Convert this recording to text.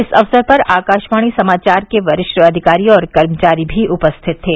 इस अवसर पर आकाशवाणी समाचार के वरिष्ठ अधिकारी और कर्मचारी भी उपस्थित थे